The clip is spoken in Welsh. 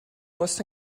bws